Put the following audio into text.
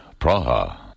Praha